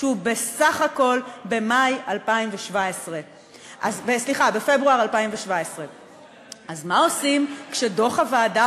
שהוא בסך הכול בפברואר 2017. אז מה עושים כשדוח הוועדה